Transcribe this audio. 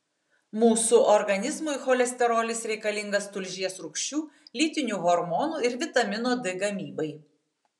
mūsų organizmui cholesterolis reikalingas tulžies rūgščių lytinių hormonų ir vitamino d gamybai